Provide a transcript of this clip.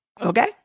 okay